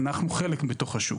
אנחנו חלק מתוך השוק.